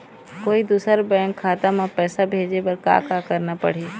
कोई दूसर बैंक खाता म पैसा भेजे बर का का करना पड़ही?